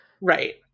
Right